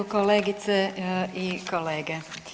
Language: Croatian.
Kolegice i kolege.